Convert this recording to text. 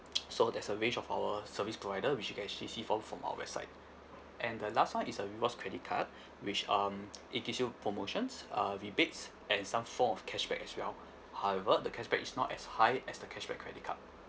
so that's a range of our service provider which you can actually see from from our website and the last one is a rewards credit card which um it gives you promotions uh rebates and some form of cashback as well however the cashback is not as high as the cashback credit card